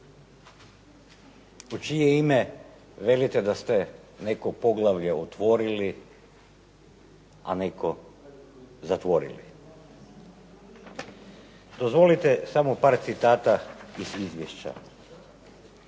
U čije ime velite da ste neko poglavlje otvorili, a neko zatvorili? Dozvolite samo par citata iz izviješća.